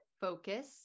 focus